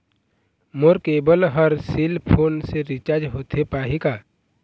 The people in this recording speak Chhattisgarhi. मोर केबल हर सेल फोन से रिचार्ज होथे पाही का?